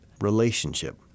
relationship